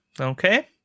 okay